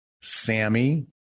Sammy